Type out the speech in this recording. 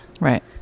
Right